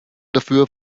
dafür